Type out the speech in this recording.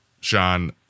Sean